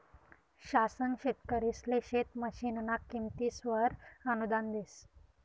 शासन शेतकरिसले शेत मशीनना किमतीसवर अनुदान देस